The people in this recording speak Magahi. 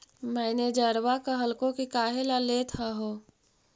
मैनेजरवा कहलको कि काहेला लेथ हहो?